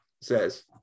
says